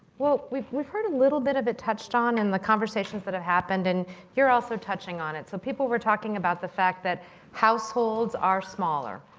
well, we've we've heard a little bit of it touched on in the conversations that have happened. and you're also touching on it. so people were talking about the fact that households are smaller.